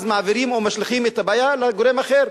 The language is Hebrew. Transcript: ואז מעבירים או משליכים את הבעיה לגורם אחר,